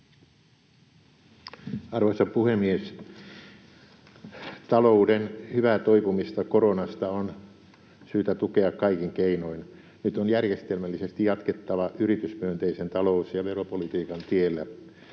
Arvoisa puhemies! Talouden hyvää toipumista koronasta on syytä tukea kaikin keinoin. Nyt on järjestelmällisesti jatkettava yritysmyönteisen talous- ja veropolitiikan tiellä.